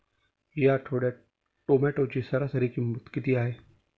या आठवड्यात टोमॅटोची सरासरी किंमत किती आहे?